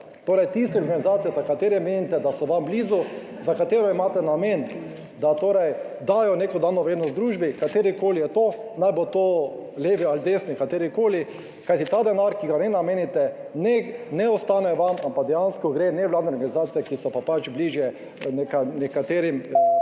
torej tistim organizacijam za katere menite, da so vam blizu, za katero imate namen, da torej dajo neko dodano vrednost družbi, katerikoli je to, naj bo to levi ali desni, katerikoli, kajti ta denar, ki ga ne namenite, ne ostane vam, ampak dejansko gre nevladnim organizacije, ki so pa bližje nekaterim